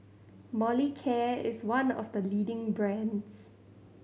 Molicare is one of the leading brands